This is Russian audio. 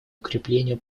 укреплению